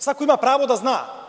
Svako ima pravo da zna.